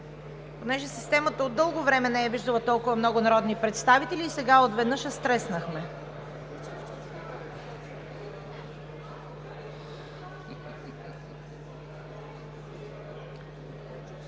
Понеже системата от дълго време не е виждала толкова много народни представители, сега отведнъж я стреснахме.